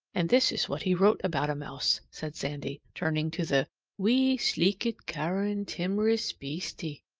and this is what he wrote about a mouse, said sandy, turning to the wee, sleekit, cow'rin, timorous beastie,